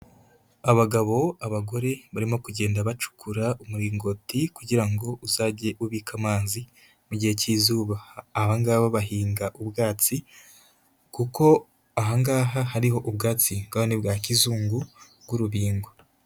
Abagabo, abagore barimo kugenda bacukura umuringoti kugira ngo uzajye ubika amazi mu gihe k'izuba. Aba ngaba bahinga ubwatsi kuko aha ngaha hariho ubwatsi kandi bwa kizungu bw'urubingo.